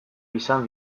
izan